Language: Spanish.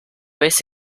vez